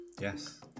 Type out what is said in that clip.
yes